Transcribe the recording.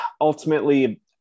ultimately